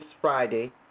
Friday